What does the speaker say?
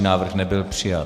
Návrh nebyl přijat.